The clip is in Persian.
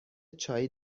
چایی